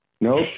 Nope